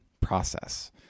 process